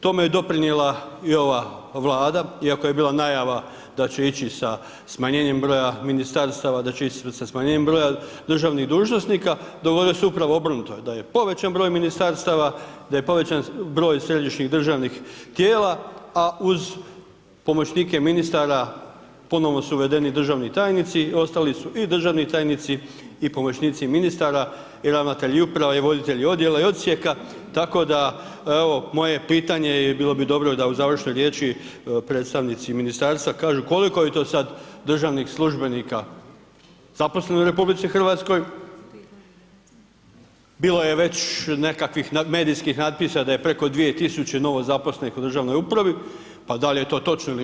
Tome je doprinijela i ova Vlada iako je bila najava da će ići sa smanjenjem broja ministarstava, da će ići sa smanjenjem broja državnih dužnosnika, dogodilo se upravo obrnuto, da je povećan broj ministarstava, da je povećan broj središnjih državnih tijela a uz pomoćnike ministara ponovno su uvedeni državni tajnici, ostali su i državni tajnici i pomoćnici ministara i ravnatelji uprava i voditelji odjela i odsjeka tako da evo, moje pitanje i bilo bi dobro da u završnoj riječi predstavnici ministarstva kažu koliko je to sad državnih službenika zaposleno u RH, bilo je već nekakvih medijskih natpisa da je preko 2000 novozaposlenih u državnoj upravi, pa dal' je to točno ili nije.